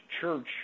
church